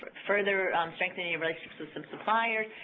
further strengthening your relationships with some suppliers,